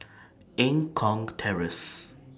Eng Kong Terrace